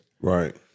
right